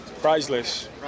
Priceless